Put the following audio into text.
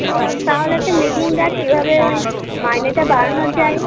ও তাহলে একটা মিটিং ডাক কীভাবে ওই মাইনেটা বাড়ানো যায়